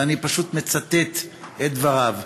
ואני פשוט מצטט את דבריו.